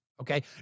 Okay